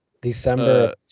December